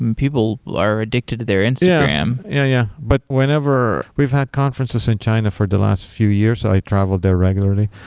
and people are addicted to their instagram. yeah yeah. but whenever we've had conferences in china for the last few years so i travel there regularly.